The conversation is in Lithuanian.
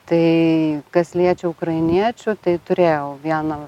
tai kas liečia ukrainiečių tai turėjau vieną